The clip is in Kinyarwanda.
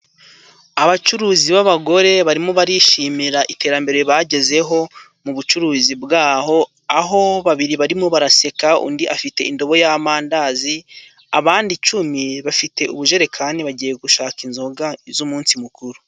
Abacuruzi b'abagore barimo barishimira iterambere bagezeho mu bucuruzi bwaho aho babiri barimo baraseka undi afite indobo y'amandazi abandi icumi bafite ubujerekani bagiye gushaka inzoga z'umunsi mukuru.